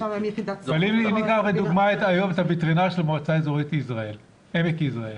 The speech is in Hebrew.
אם תיקח לדוגמה את הווטרינר של המועצה האזורית עמק יזרעאל,